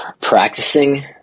practicing